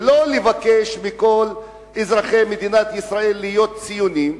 ולא לבקש מכל אזרחי מדינת ישראל להיות ציונים.